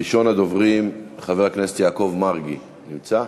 ראשון הדוברים, חבר הכנסת יעקב מרגי, נמצא?